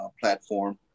platform